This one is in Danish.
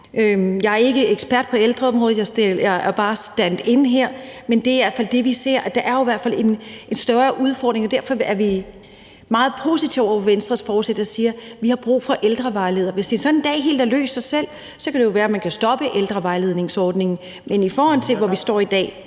Jeg er ikke ekspert på ældreområdet, jeg er bare standin her, men det er i hvert fald det, vi ser, nemlig at der i hvert fald er en større udfordring. Derfor er vi meget positive over for Venstres forslag, der siger: Vi har brug for ældrevejledere. Hvis det så en dag helt har løst sig selv, kan det jo være, man kan stoppe ældrevejledningsordningen. Men i forhold til hvor vi står i dag,